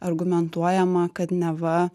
argumentuojama kad neva